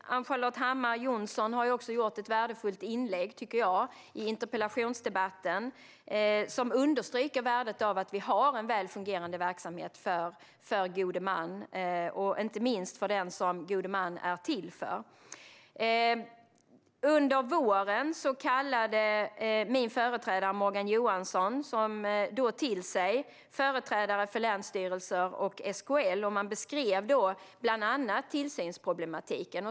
Ann-Charlotte Hammar Johnsson har också gjort ett värdefullt inlägg i interpellationsdebatten. Hon underströk värdet av en väl fungerande verksamhet för gode män, inte minst för dem som gode män är till för. Under våren kallade min föregångare Morgan Johansson till sig företrädare för länsstyrelser och SKL. Man beskrev då bland annat tillsynsproblemen.